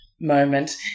moment